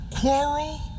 quarrel